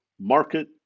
Market